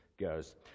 goes